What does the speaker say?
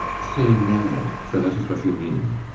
say mad for that is what you mean.